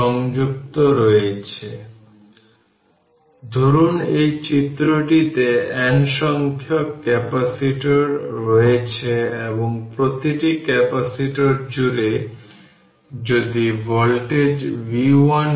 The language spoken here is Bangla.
সুতরাং এটি হল যে আপনার এটি 20 চার্জ এবং 20 মাইক্রোফ্যারাড এবং 30 মাইক্রোফ্যারাড ক্যাপাসিটর থাকবে কারণ তারা ফর্মুলা থেকে 300 ভোল্টের সোর্স q c v এর সাথে সিরিজে রয়েছে